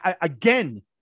Again